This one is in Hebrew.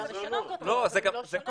צריך לשנות אותו, אבל זה הנוהל.